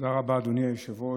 אדוני היושב-ראש.